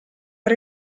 per